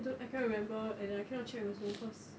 I don't I cannot remember and I cannot check also cause